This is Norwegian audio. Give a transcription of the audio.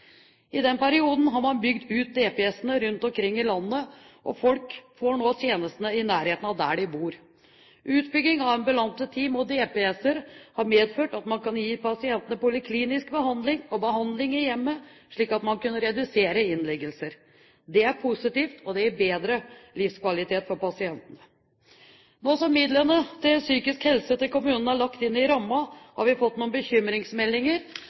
I den perioden har man bygd ut DPS-ene rundt omkring i landet, og folk får nå tjenestene i nærheten av der de bor. Utbygging av ambulante team og DPS-er har medført at man kan gi pasientene poliklinisk behandling og behandling i hjemmet, slik at man kan redusere antallet innleggelser. Det er positivt, og det gir bedre livskvalitet for pasientene. Nå som midlene til psykisk helse i kommunene er lagt inn i rammen, har vi fått noen bekymringsmeldinger